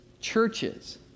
churches